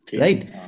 Right